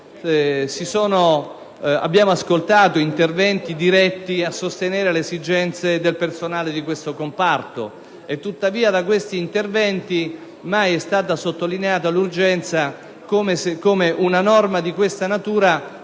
abbiamo ascoltato interventi diretti a sostenere le esigenze del personale di tale comparto; tuttavia, in questi interventi non è mai stata sottolineata l'urgenza di una norma di questa natura,